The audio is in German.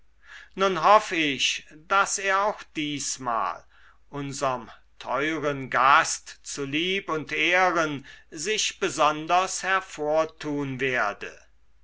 nun hoff ich daß er auch diesmal unserm teuren gast zu lieb und ehren sich besonders hervortun werde